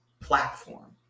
platform